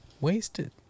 wasted